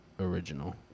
original